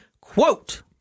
quote